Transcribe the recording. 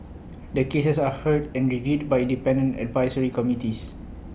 the cases are heard and reviewed by independent advisory committees